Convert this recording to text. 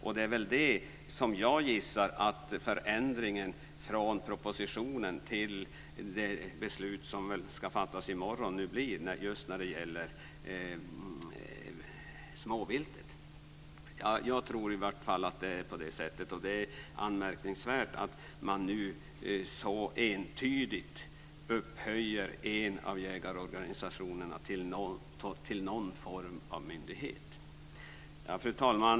Det är väl det som jag gissar att förändringen från propositionen till det beslut som väl ska fattas i morgon blir just när det gäller småviltet. Jag tror i vart fall att det är på det sättet. Det är anmärkningsvärt att man nu så entydigt upphöjer en av jägarorganisationerna till någon form av myndighet. Fru talman!